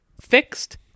fixed